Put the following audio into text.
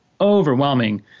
overwhelming